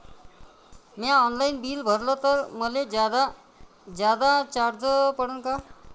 म्या online bill भरलं तर मले जादा चार्ज पडन का?